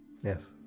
Yes